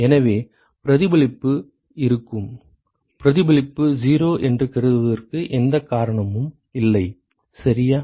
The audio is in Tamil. எனவே பிரதிபலிப்பு இருக்கும் பிரதிபலிப்பு 0 என்று கருதுவதற்கு எந்த காரணமும் இல்லை சரியா